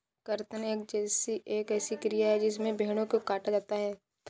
कर्तन एक ऐसी क्रिया है जिसमें भेड़ों को काटा जाता है